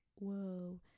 whoa